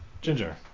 Ginger